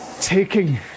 taking